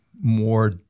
more